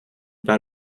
pas